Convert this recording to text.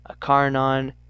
Acarnon